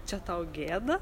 čia tau gėda